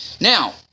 Now